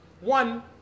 One